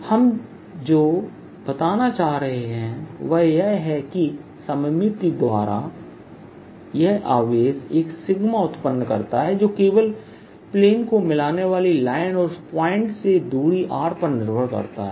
हम जो हम जो बताना चाह रहे हैं वह यह है कि सममिति द्वारा यह आवेश एक सिग्मा उत्पन्न करता है जो केवल प्लेन को मिलाने वाली लाइन और उस पॉइंट से दूरी r पर निर्भर करता है